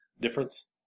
Difference